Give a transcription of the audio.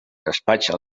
despatxa